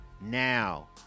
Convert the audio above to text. now